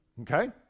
okay